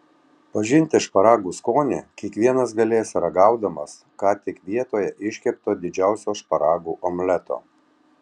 pažinti šparagų skonį kiekvienas galės ragaudamas ką tik vietoje iškepto didžiausio šparagų omleto